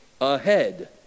ahead